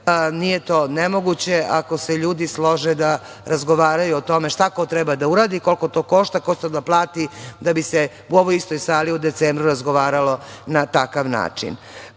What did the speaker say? Nije to nemoguće, ako se ljudi slože da razgovaraju o tome šta ko treba da uradi, koliko to košta, ko će to da plati da bi se u ovoj istoj sali u decembru razgovaralo na takav